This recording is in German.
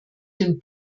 den